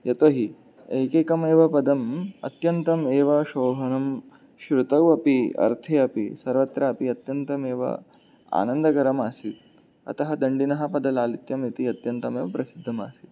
यतोहि एकैकमेव पदम् अत्यन्तम् एव शोभनं श्रुतौ अपि अर्थे अपि सर्वत्रापि अत्यन्तमेव आनन्दकरमासीत् अतः दण्डिनः पदलालित्यम् इति अत्यन्तमेव प्रसिद्धमासीत्